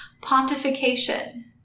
Pontification